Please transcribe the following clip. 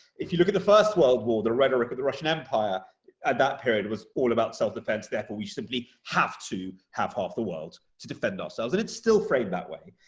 if you look at the first world war, the rhetoric of the russian empire at that period was all about self-defense there, where we simply have to have half the world to defend ourselves. and it's still framed that way.